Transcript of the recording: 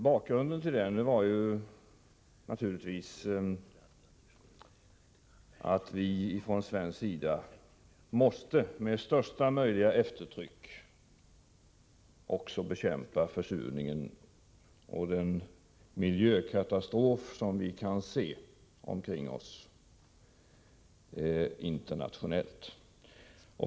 Bakgrunden till den var att vi från svensk sida med största möjliga eftertryck internationellt måste bekämpa försurningen och den miljökatastrof som vi kan se omkring oss.